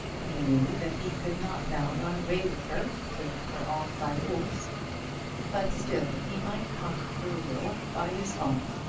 he knew that he could not now run away with her, taking her off by force but still he might conquer her will by his own.